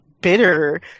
bitter